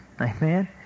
Amen